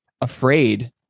afraid